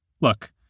look